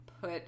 put